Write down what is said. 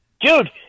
dude